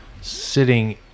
sitting –